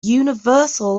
universal